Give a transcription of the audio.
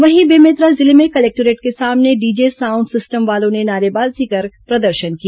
वहीं बेमेतरा जिले में कलेक्टोरेट के सामने डीजे साउंड सिस्टम वालों ने नारेबाजी कर प्रदर्शन किया